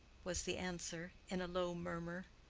was the answer, in a low murmur.